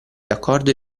d’accordo